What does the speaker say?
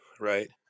right